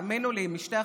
האמינו לי,